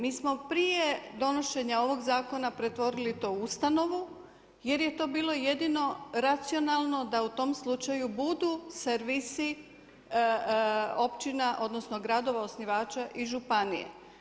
Mi smo prije donošenja ovog zakona pretvorili to u ustanovu, jer je to bilo jedino racionalno da u tom slučaju budu servisi općina odnosno gradova osnivača i županije.